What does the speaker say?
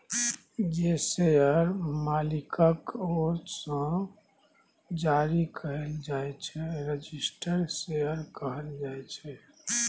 जे शेयर मालिकक नाओ सँ जारी कएल जाइ छै रजिस्टर्ड शेयर कहल जाइ छै